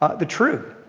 ah the truth.